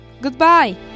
Goodbye